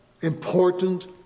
important